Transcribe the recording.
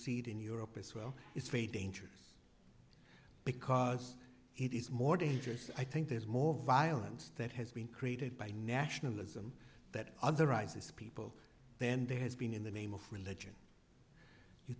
it in europe as well it's very dangerous because it is more dangerous i think there's more violence that has been created by nationalism that other rises people then there has been in the name of religion you